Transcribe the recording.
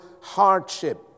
hardship